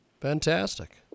Fantastic